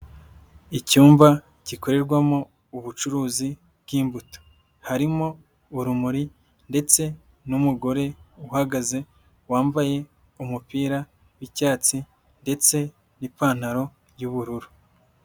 Icyumba gikorerwamo ubucuruzi bw'imbuto. Harimo urumuri ndetse n'umugore uhagaze, wambaye umupira w'icyatsi ndetse n'ipantaro y'ubururu.